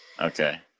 okay